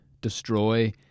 destroy